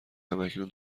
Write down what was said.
هماکنون